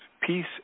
peace